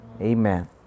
Amen